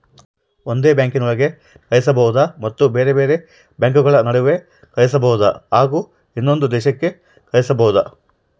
ಒಂದೇ ಬ್ಯಾಂಕಿನೊಳಗೆ ಕಳಿಸಬಹುದಾ ಮತ್ತು ಬೇರೆ ಬೇರೆ ಬ್ಯಾಂಕುಗಳ ನಡುವೆ ಕಳಿಸಬಹುದಾ ಹಾಗೂ ಇನ್ನೊಂದು ದೇಶಕ್ಕೆ ಕಳಿಸಬಹುದಾ?